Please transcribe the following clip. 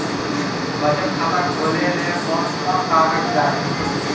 बचत खाता खोले ले कोन कोन कागज चाही?